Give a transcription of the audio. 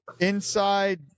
inside